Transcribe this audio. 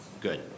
Good